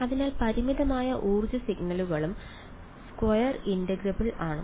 അതിനാൽ പരിമിതമായ ഊർജ്ജ സിഗ്നലുകളും സ്ക്വയർ ഇന്റഗ്രബിൾ ആണ്